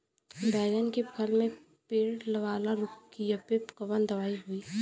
बैगन के फल में पड़े वाला कियेपे कवन दवाई होई?